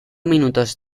minutos